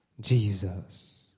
Jesus